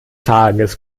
tages